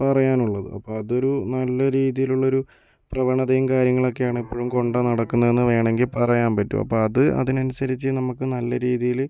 പറയാനുള്ളത് അപ്പം അതൊരു നല്ല രീതിയിലുള്ളൊരു പ്രവണതയും കാര്യങ്ങളൊക്കെ ആണ് ഇപ്പൊഴും കൊണ്ട് നടക്കുന്നതെന്ന് വേണെങ്കി പറയാൻ പറ്റും അപ്പോൾ അത് അതിനനുസരിച്ച് നമുക്ക് നല്ല രീതിയില്